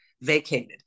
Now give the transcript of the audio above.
vacated